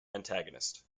antagonist